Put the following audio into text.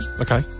Okay